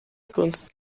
gunst